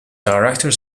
director